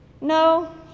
No